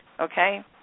Okay